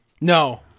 no